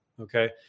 okay